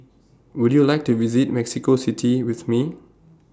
Would YOU like to visit Mexico City with Me